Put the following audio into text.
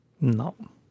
No